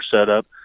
setup